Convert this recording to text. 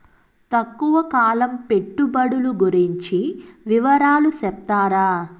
తక్కువ కాలం పెట్టుబడులు గురించి వివరాలు సెప్తారా?